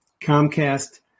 Comcast